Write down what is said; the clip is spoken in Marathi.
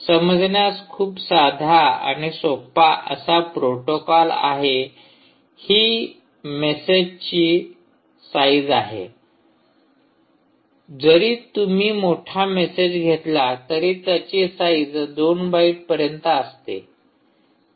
समजण्यास खूप साधा आणि सोपा असा प्रोटोकॉल आहे आणि हि मॅसेजची साईज आहे जरी तुम्ही मोठा मेसेज घेतला तरी त्याची साईज 2 बाईट पर्यंत असते